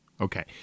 Okay